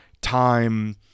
time